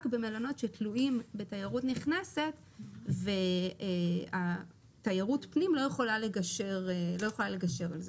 במלונות שתלויים בתיירות נכנסת כאשר תיירות פנים לא יכולה לגשר על זה.